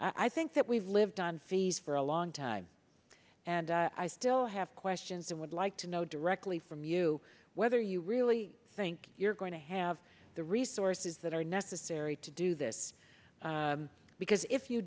it i think that we've lived on fees for a long time and i still have questions and would like to know directly from you whether you really think you're going to have the resources that are necessary to do this because if you